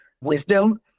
wisdom